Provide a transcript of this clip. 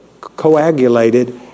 coagulated